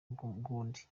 bw’undi